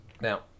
Now